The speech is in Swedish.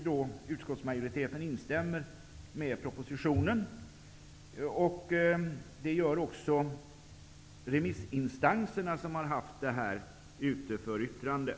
Det gör också remissinstanserna, som har yttrat sig över förslaget.